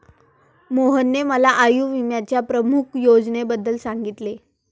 मोहनने मला आयुर्विम्याच्या प्रमुख योजनेबद्दल सांगितले